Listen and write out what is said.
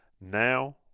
now